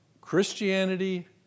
Christianity